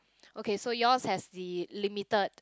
okay so yours has the limited